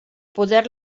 poder